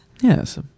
Yes